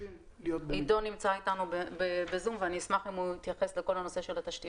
עידו נמצא איתנו ואשמח אם הוא יתייחס לנושא הזה.